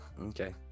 Okay